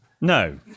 no